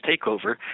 takeover